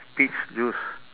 peach juice